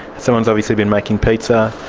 someone has obviously been making pizza.